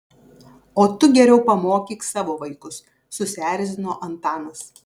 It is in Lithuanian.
o tu geriau pamokyk savo vaikus susierzino antanas